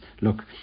look